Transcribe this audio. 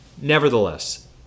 nevertheless